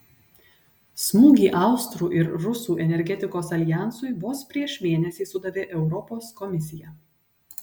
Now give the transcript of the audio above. smūgį austrų ir rusų energetikos aljansui vos prieš mėnesį sudavė europos komisija